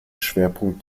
schwerpunkt